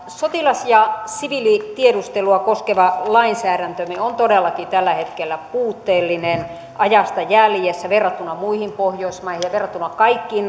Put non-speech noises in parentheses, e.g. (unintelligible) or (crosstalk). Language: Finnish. sotilas ja siviilitiedustelua koskeva lainsäädäntömme on todellakin tällä hetkellä puutteellinen ajasta jäljessä verrattuna muihin pohjoismaihin ja verrattuna kaikkiin (unintelligible)